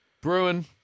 Bruin